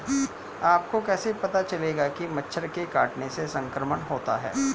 आपको कैसे पता चलेगा कि मच्छर के काटने से संक्रमण होता है?